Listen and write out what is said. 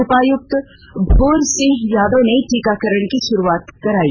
उपायुक्त भोर सिंह यादव ने टीकाकरण की शुरुआत कराई